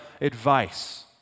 advice